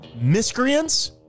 miscreants